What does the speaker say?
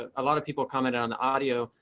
ah a lot of people coming on audio.